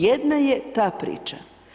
Jedna je ta priča.